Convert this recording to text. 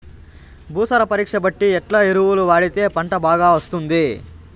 భూసార పరీక్ష బట్టి ఎట్లా ఎరువులు వాడితే పంట బాగా వస్తుంది?